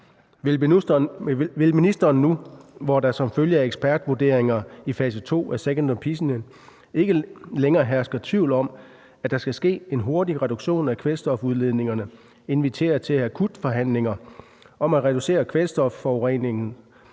Vil ministeren nu, hvor der som følge af ekspertvurderingerne i fase 2 af »Second Opinion« ikke længere kan herske tvivl om, at der skal ske en hurtig reduktion af kvælstofudledningerne, invitere til akutforhandlinger om at reducere kvælstofforureningen,